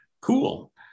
Cool